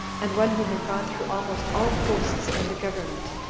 and one who had gone through almost all posts in the government,